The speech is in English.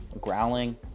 growling